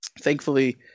Thankfully